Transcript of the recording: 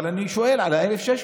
אבל אני שואל על ה-1,600.